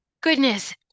Goodness